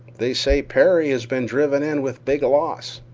they say perry has been driven in with big loss.